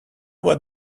what